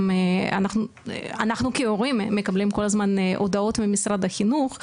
אנחנו כהורים מקבלים כל הזמן הודעות ממשרד החינוך,